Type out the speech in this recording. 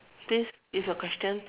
this is your question